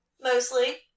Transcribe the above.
mostly